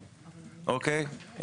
אוקיי?